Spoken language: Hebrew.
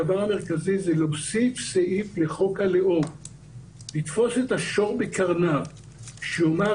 הדבר המרכזי זה להוסיף סעיף לחוק הלאום - לתפוס את השור בקרניו - שיאמר: